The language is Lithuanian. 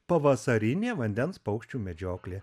pavasarinė vandens paukščių medžioklė